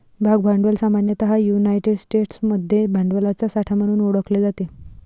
भाग भांडवल सामान्यतः युनायटेड स्टेट्समध्ये भांडवलाचा साठा म्हणून ओळखले जाते